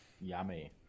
Yummy